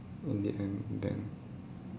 in the end then